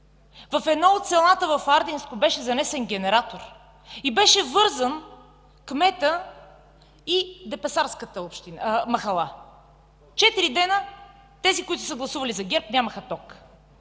в едно от селата в Ардинско беше занесен генератор и беше вързан кметът и депесарската махала. Четири дни тези, които са гласували за ГЕРБ, нямаха ток.